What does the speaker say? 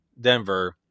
Denver